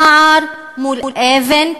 נער מול אבן,